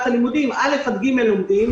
הלימודים תלמידי כיתות א' ג' לומדים,